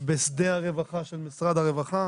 בשדה הרווחה של משרד הרווחה.